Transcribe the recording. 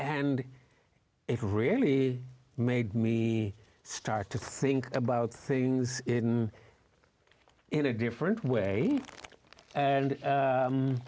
and it really made me start to think about things in a different way and